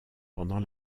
pendant